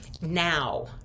now